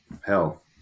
hell